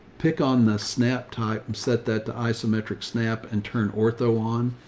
pick on the snap type, set that isometric snap and turn ortho on.